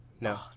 No